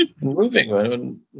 moving